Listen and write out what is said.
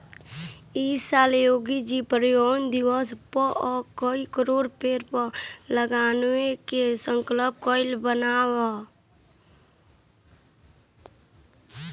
इ साल योगी जी पर्यावरण दिवस पअ कई करोड़ पेड़ लगावे के संकल्प कइले बानअ